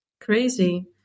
Crazy